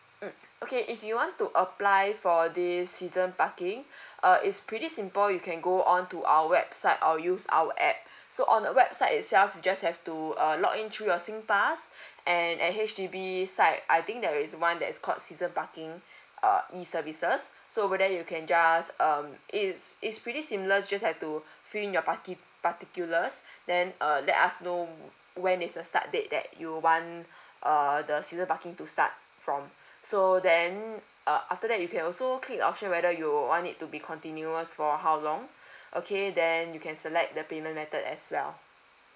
mm okay if you want to apply for this season parking uh it's pretty simple you can go on to our website or use our app so on the website itself you just have to uh log in through your singpass and at H_D_B site I think there is one that is called season parking err e services so over there you can just um it's it's pretty seamless you just have to fill in your parti~ particulars then uh let us know when is the start date that you want err the season parking to start from so then uh after that you can also click the option whether you want it to be continuous for how long okay then you can select the payment method as well